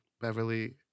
Beverly